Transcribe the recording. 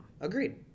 Agreed